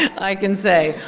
i can say.